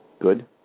Good